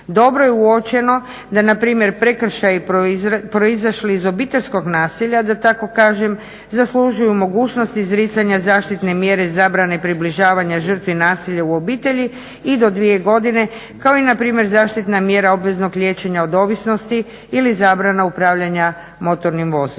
Dobro je uočeno da na primjer prekršaji proizašli iz obiteljskog nasilja da tako kažem zaslužuju mogućnost izricanja zaštitne mjere zabrane približavanja žrtvi nasilja u obitelji i do dvije godine kao i na primjer zaštitna mjera obveznog liječenja od ovisnosti ili zabrana upravljanja motornim vozilom.